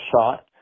shot